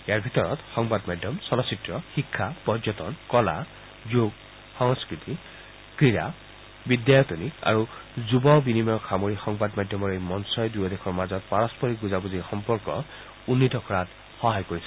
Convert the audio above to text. ইয়াৰ ভিতৰত সংবাদমাধ্যম চলচ্চিত্ৰ শিক্ষা পৰ্যটন কলা যোগ সংস্কৃতি ক্ৰীড়া বিদ্যায়তনিক আৰু যুৱ বিনিময়ক সামৰি সংবাদ মাধ্যমৰ এই মঞ্চই দুয়োদেশৰ মাজত পাৰস্পৰিক বুজাবুজিৰ সম্পৰ্ক উন্নীত কৰাত সহায় কৰিছে